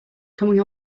coming